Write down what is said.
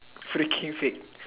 freaking fake